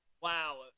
Wow